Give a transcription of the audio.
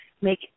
Make